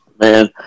Man